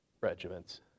regiments